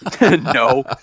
no